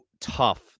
tough